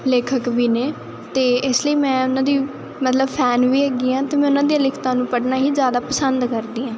ਲੇਖਕ ਵੀ ਨੇ ਅਤੇ ਇਸ ਲਈ ਮੈਂ ਉਹਨਾਂ ਦੀ ਮਤਲਬ ਫੈਨ ਵੀ ਹੈਗੀ ਹਾਂ ਅਤੇ ਮੈਂ ਉਹਨਾਂ ਦੀਆਂ ਲਿਖਤਾਂ ਨੂੰ ਪੜ੍ਹਨਾ ਹੀ ਜ਼ਿਆਦਾ ਪਸੰਦ ਕਰਦੀ ਹਾਂ